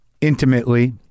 intimately